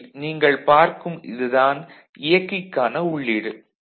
திரையில் நீங்கள் பார்க்கும் இது தான் இயக்கிக்கான உள்ளீடு